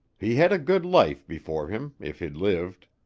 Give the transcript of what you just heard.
he had a good life before him if he'd lived.